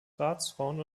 ratsfrauen